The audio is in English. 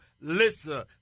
listen